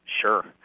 Sure